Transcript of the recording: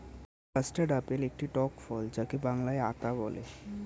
custard apple একটি টক ফল যাকে বাংলায় আতা বলে